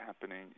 happening